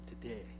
today